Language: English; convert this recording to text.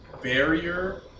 barrier